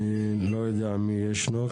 אני לא יודע מי ישנו.